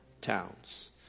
towns